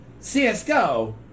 CSGO